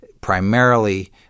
primarily